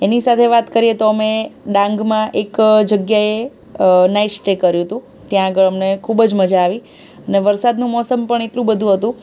એની સાથે વાત કરીએ તો અમે ડાંગમાં એક જગ્યાએ નાઈટ સ્ટે કર્યું હતું ત્યાં આગળ અમને ખૂબ જ મજા આવી ને વરસાદનું મોસમ પણ એટલું બધુ હતું